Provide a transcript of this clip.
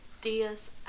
Diaz